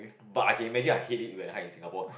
but I can imagine I hate it when I hike in Singapore